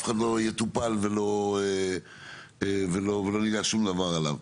אחד לא יטופל ולא נדע שום דבר עליו.